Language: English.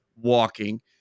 walking